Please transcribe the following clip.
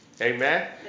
Amen